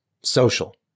social